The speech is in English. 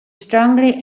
strongly